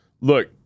look